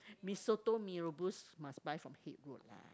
mee soto mee rebus must buy from Haig-Road lah